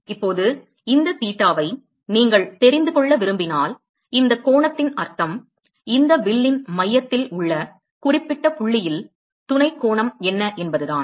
இப்போது இந்த தீட்டாவை நீங்கள் தெரிந்து கொள்ள விரும்பினால் இந்த கோணத்தின் அர்த்தம் இந்த வில்லின் மையத்தில் உள்ள குறிப்பிட்ட புள்ளியில் துணை "subtended" கோணம் என்ன என்பதுதான்